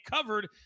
covered